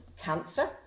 cancer